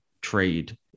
trade